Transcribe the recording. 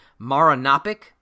Maranopic